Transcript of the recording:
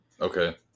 okay